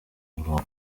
murongo